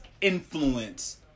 influence